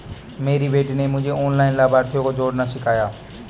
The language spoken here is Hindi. मेरी बेटी ने मुझे ऑनलाइन लाभार्थियों को जोड़ना सिखाया